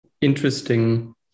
interesting